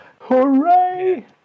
Hooray